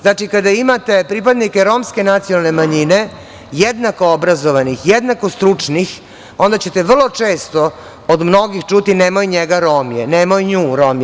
Znači, kada imate pripadnike romske nacionalne manjine jednako obrazovanih, jednako stručnih, onda ćete vrlo često od mnogih čuti – nemoj njega, Rom je, nemoj nju, Rom je.